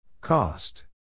Cost